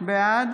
בעד